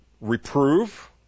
reprove